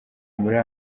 muri